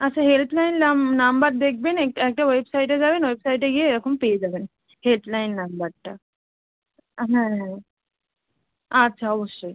আচ্ছা হেল্পলাইন নাম নাম্বার দেখবেন এক একটা ওয়েবসাইটে যাবেন ওয়েবসাইটে গিয়ে এরকম পেয়ে যাবেন হেল্পলাইন নাম্বারটা আপনার হ্যাঁ আচ্ছা অবশ্যই